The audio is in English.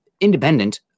independent